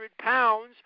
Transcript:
pounds